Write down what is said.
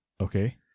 Okay